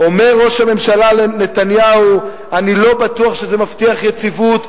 אומר ראש הממשלה נתניהו: אני לא בטוח שזה מבטיח יציבות.